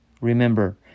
Remember